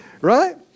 right